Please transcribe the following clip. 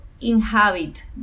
inhabit